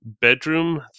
bedroom